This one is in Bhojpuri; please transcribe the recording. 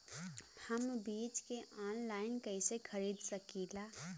हम बीज के आनलाइन कइसे खरीद सकीला?